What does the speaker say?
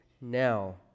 now